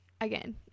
again